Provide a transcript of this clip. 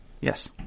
Yes